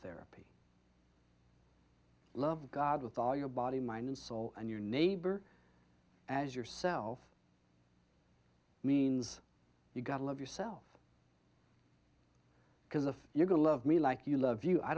therapy love god with all your body mind and soul and your neighbor as yourself means you gotta love yourself because if you can love me like you love you i